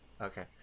Okay